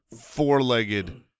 four-legged